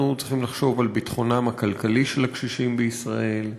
אנחנו צריכים לחשוב על ביטחונם הכלכלי של הקשישים בישראל,